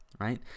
right